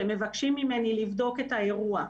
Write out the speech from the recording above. ומבקשים ממני לבדוק את האירוע.